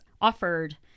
offered